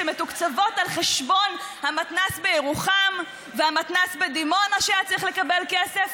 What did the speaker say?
שמתוקצבות על חשבון המתנ"ס בירוחם והמתנ"ס בדימונה שהיה צריך לקבל כסף?